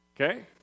Okay